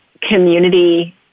community